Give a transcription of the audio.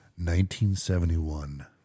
1971